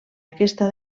aquesta